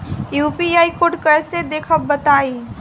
UPI code कैसे देखब बताई?